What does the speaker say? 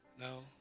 no